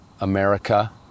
America